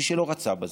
מי שלא רצה בזה,